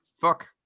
Fuck